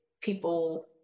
people